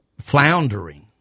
floundering